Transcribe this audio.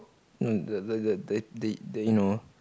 um like the the the the the the you know